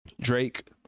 drake